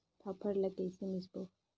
फाफण ला कइसे मिसबो?